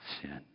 sin